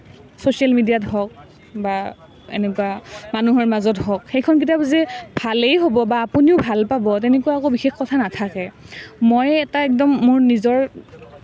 social মিডিয়াত হওঁক বা এনেকুৱা মানুহৰ মাজত হওঁক সেইখন কিতাপ যে ভালেই হ'ব বা আপুনিও ভাল পাব তেনেকুৱা একো বিশেষ কথা নাথাকে মই এটা একদম মোৰ নিজৰ